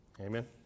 Amen